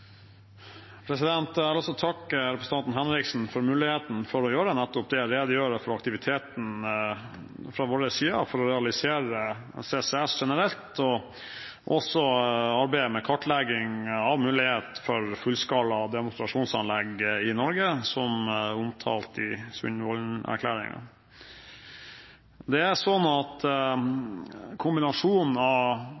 Jeg vil takke representanten Henriksen for muligheten til å gjøre nettopp det; redegjøre for aktiviteten fra vår side for å realisere CCS generelt og også arbeidet med kartlegging av mulighet for fullskala demonstrasjonsanlegg i Norge, som omtalt i Sundvolden-erklæringen. Det er sånn at kombinasjonen av